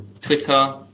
Twitter